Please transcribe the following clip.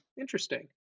interesting